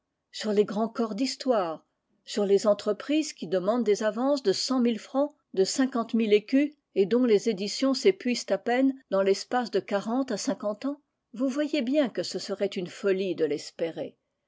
sur les grands corps d'histoire sur les entreprises qui demandent des avances de cent mille francs de cinquante mille écus et dont les éditions s'épuisent à peine dans l'espace de quarante à cinquante ans vous voyez bien que ce serait une folie de l'espérer